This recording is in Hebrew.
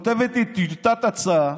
וכותבת לי טיוטת הצעה,